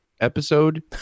episode